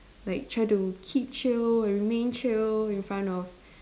like try to keep chill and remain chill in front of